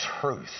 truth